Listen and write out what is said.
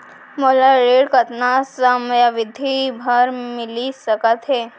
मोला ऋण कतना समयावधि भर मिलिस सकत हे?